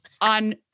on